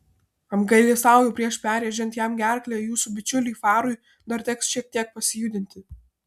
apgailestauju prieš perrėžiant jam gerklę jūsų bičiuliui farui dar teks šiek tiek pasijudinti